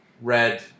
red